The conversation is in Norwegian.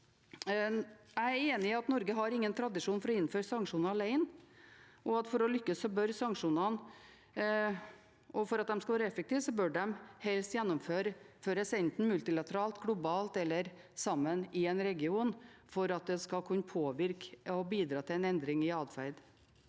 Jeg er enig i at Norge ikke har tradisjon for å innføre sanksjoner alene, og at for å lykkes og for at de skal være effektive, bør sanksjonene helst gjennomføres enten multilateralt, globalt eller sammen i en region, for at de skal kunne påvirke og bidra til en endring i atferd.